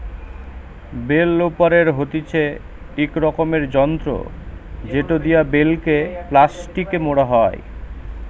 bell ওরাপের হতিছে ইক রকমের যন্ত্র জেটো দিয়া বেল কে প্লাস্টিকে মোড়া হই